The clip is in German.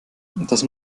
das